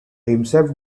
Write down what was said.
himself